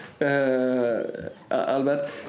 Albert